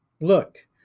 Look